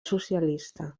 socialista